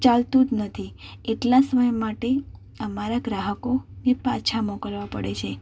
ચાલતું જ નથી એટલા સમય માટે અમારા ગ્રાહકોને પાછા મોકલવા પડે છે